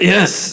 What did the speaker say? Yes